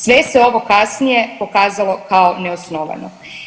Sve se ovo kasnije pokazalo kao neosnovano.